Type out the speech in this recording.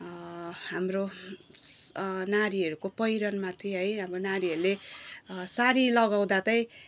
हाम्रो नारीहरूको पहिरहन माथि है हाम्रो नारीहरूले साडी लगाउँदा त